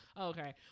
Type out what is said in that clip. Okay